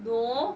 no